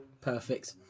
perfect